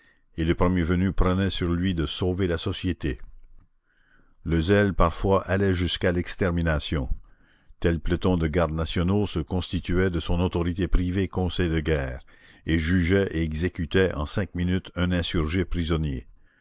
et le premier venu prenait sur lui de sauver la société le zèle parfois allait jusqu'à l'extermination tel peloton de gardes nationaux se constituait de son autorité privée conseil de guerre et jugeait et exécutait en cinq minutes un insurgé prisonnier